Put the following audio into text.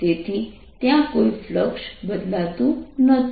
તેથી ત્યાં કોઈ ફ્લક્સ બદલાતું નથી